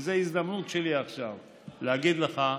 וזו ההזדמנות שלי עכשיו להגיד לך: